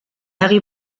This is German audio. harry